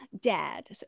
dad